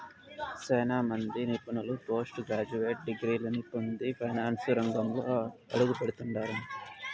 సేనా మంది నిపుణులు పోస్టు గ్రాడ్యుయేట్ డిగ్రీలని పొంది ఫైనాన్సు రంగంలో అడుగుపెడతండారు